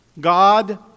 God